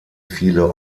viele